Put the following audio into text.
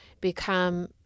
become